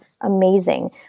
amazing